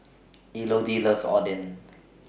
Elodie loves Oden